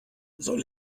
soll